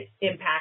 impact